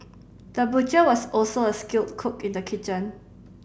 the butcher was also a skilled cook in the kitchen